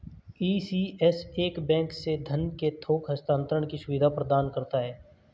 ECS एक bank से धन के थोक हस्तांतरण की सुविधा प्रदान करता है